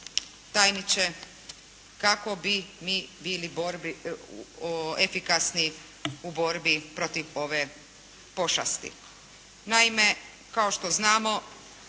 tajniče, kako bi mi bili efikasni u borbi protiv ove pošasti. Naime, kao što znamo,